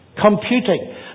computing